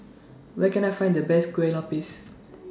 Where Can I Find The Best Kueh Lapis